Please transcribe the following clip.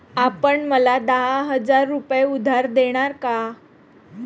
आपण मला दहा हजार रुपये उधार देणार का?